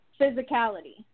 physicality